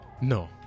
No